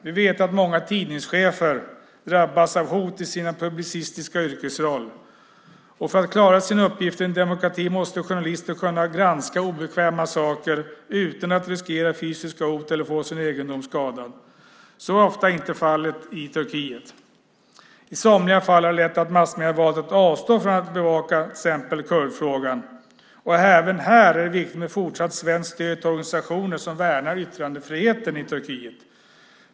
Vi vet att många tidningschefer drabbas av hot i sin publicistiska yrkesroll. För att klara sin uppgift i en demokrati måste journalister kunna granska obekväma saker utan att riskera fysiska hot eller få sin egendom skadad. Så är ofta inte fallet i Turkiet. I somliga fall har det lett till att massmedier valt att avstå från att bevaka till exempel kurdfrågan. Även här är det viktigt med fortsatt svenskt stöd till organisationer som värnar yttrandefriheten i Turkiet.